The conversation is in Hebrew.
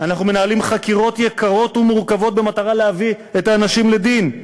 אנחנו מנהלים חקירות יקרות ומורכבות במטרה להביא את האנשים לדין,